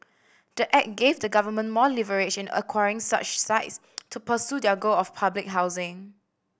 the act gave the government more leverage in acquiring such sites to pursue their goal of public housing